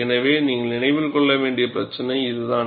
எனவே நீங்கள் நினைவில் கொள்ள வேண்டிய பிரச்சினை இதுதான்